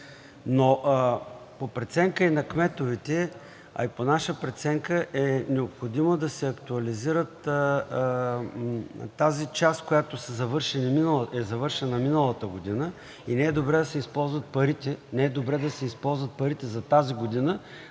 Но по преценка и на кметовете, а и по наша преценка, е необходимо да се актуализира тази част, която е завършена миналата година, и не е добре да се използват парите за тази година